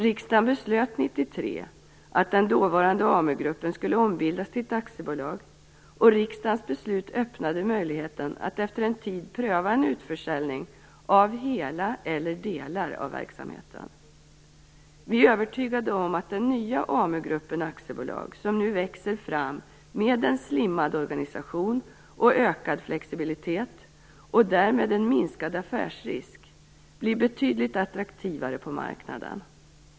Riksdagen beslöt 1993 att den dåvarande AmuGruppen skulle ombildas till ett aktiebolag, och riksdagens beslut öppnade möjligheten att efter en tid pröva en utförsäljning av hela eller delar av verksamheten. Vi är övertygade om att den nya AmuGruppen AB som nu växer fram med en slimmad organisation och ökad flexibilitet och därmed en minskad affärsrisk blir betydligt attraktivare på marknaden.